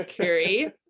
Curry